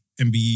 MBE